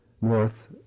north